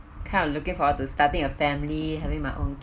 kind of looking forward to starting a family having my own